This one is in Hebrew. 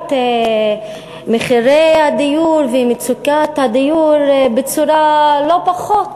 מחירי הדיור ומצוקת הדיור לא פחות,